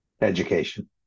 Education